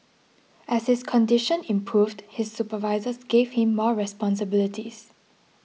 as his condition improved his supervisors gave him more responsibilities